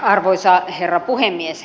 arvoisa herra puhemies